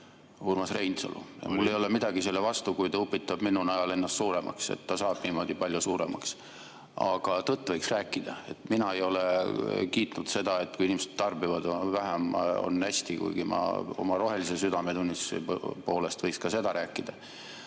Urmas Reinsalu ja mul ei ole midagi selle vastu, kui ta upitab minu najal ennast suuremaks, ta saabki niimoodi palju suuremaks. Aga tõtt võiks rääkida. Mina ei ole kiitnud seda, et kui inimesed tarbivad vähem, on hästi, kuigi ma oma rohelise südametunnistuse poolest võiks ka seda rääkida.